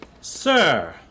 Sir